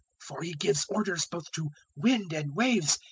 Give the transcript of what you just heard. for he gives orders both to wind and waves,